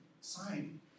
sign